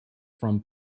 from